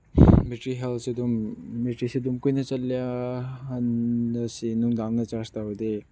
battery ꯍꯦꯜꯠꯁꯨ ꯑꯗꯨꯝ ꯕꯦꯇ꯭ꯔꯤꯁꯨ ꯑꯗꯨꯝ ꯀꯨꯏꯅ ꯆꯠꯂꯦ ꯅꯨꯡꯗꯥꯡꯗ ꯆꯥꯔꯖ ꯇꯧꯔꯗꯤ